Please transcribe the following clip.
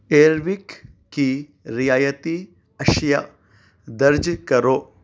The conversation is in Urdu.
ایئروکھ کی رعایتی اشیاء درج کرو